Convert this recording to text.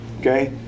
Okay